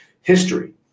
history